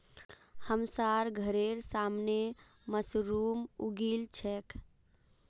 हमसार घरेर सामने मशरूम उगील छेक